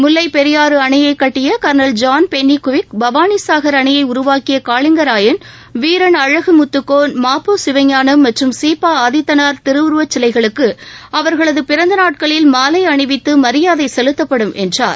முல்லைப்பெரியாறு அணையை கட்டிய colonel John Pennycuick Bhavanisagar அணையை உருவாக்கிய காளிங்கராயன் வீரன் அழகுமுத்துக்கோன் மா பொ சிவஞானம் மற்றும் சி பா ஆதித்தனார் திருவுருவச்சிலைகளுக்கு அவர்களது பிறந்த நாட்களில் மாலை அணிவித்து மரியாதை செலுத்தப்படும் என்றார்